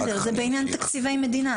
בסדר, זה בעניין תקציבי מדינה.